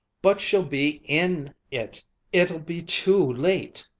but she'll be in it it'll be too late